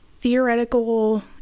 theoretical